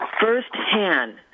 firsthand